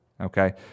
okay